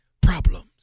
Problems